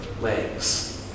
legs